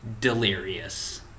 Delirious